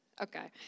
Okay